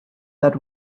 that